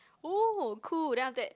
oh cool then after that